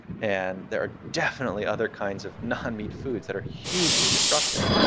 and there are definitely other kinds of non-meat foods that are hugely destructive.